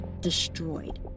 destroyed